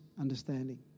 understanding